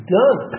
done